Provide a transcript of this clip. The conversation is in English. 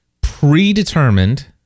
predetermined